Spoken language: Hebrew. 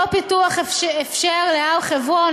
אותו פיתוח אִפשר להר-חברון,